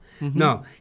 No